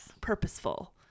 purposeful